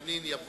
זה לא נכון